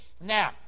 Now